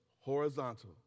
horizontal